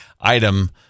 item